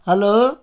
hello